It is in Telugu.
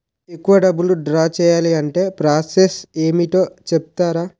ఎక్కువ డబ్బును ద్రా చేయాలి అంటే ప్రాస సస్ ఏమిటో చెప్తారా?